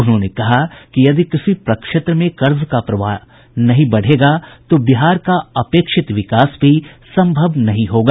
उन्होंने कहा कि यदि कृषि प्रक्षेत्र में कर्ज का प्रवाह नहीं बढ़ेगा तो बिहार का अपेक्षित विकास भी सम्भव नहीं होगा